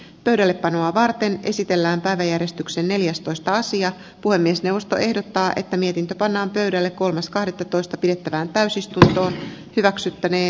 pöydällepanoa varten esitellään päiväjärjestyksen neljästoista sija puhemiesneuvosto ehdottaa että mietintö pannaan pöydälle kolmas kahdettatoista pidettävään täysistunto hyväksyttänee